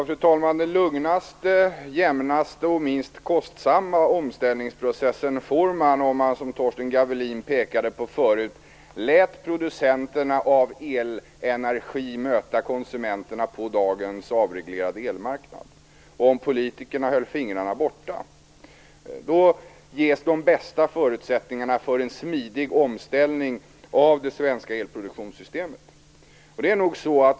Fru talman! Den lugnaste, jämnaste och minst kostsamma omställningsprocessen får man om man som Torsten Gavelin pekade på förut låter producenterna av elenergi möta konsumenterna på dagens avreglerade elmarknad och om politikerna håller fingrarna bort. Då ges de bästa förutsättningarna för en smidig omställning av det svenska elproduktionssystemet.